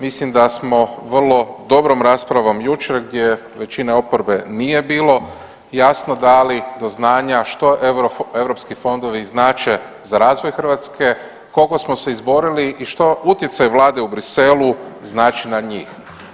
Mislim da smo vrlo dobrom raspravom jučer gdje većine oporbe nije bilo jasno dali do znanja što europski fondovi znače za razvoj Hrvatske, koliko smo se izborili i što utjecaj vlade u Briselu znači na njih.